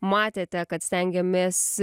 matėte kad stengiamės